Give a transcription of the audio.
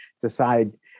decide